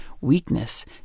weakness